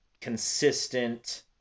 consistent